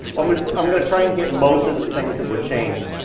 um ah i'm gonna try and hit most of the things that were changed.